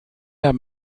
der